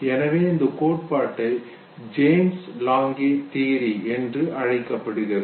எனவே இந்தக் கோட்பாட்டை ஜேம்ஸ் லாங்கே தியரி என்று அழைக்கப்படுகிறது